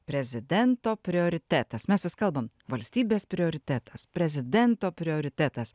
prezidento prioritetas mes vis kalbam valstybės prioritetas prezidento prioritetas